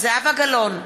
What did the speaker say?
זהבה גלאון,